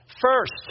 First